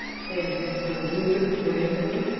said mr. wood, grimly,